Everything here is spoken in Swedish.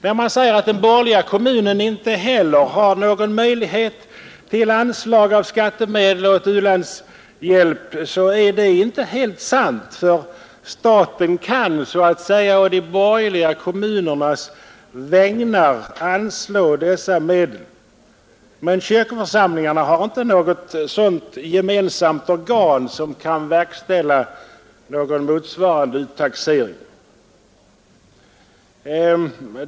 När man säger att den borgerliga kommunen inte heller har någon möjlighet att ge anslag av skattemedel till u-landshjälp är det inte helt sant, ty staten kan så att säga på de borgerliga kommunernas vägnar anslå dessa medel. Men kyrkoförsamlingarna har inte något sådant gemensamt organ som kan verkställa en motsvarande uttaxering.